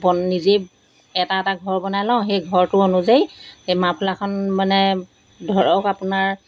বন নিজেই এটা এটা ঘৰ বনাই লওঁ সেই ঘৰটো অনুযায়ী সে মাৰ্ফলাখন মানে ধৰক আপোনাৰ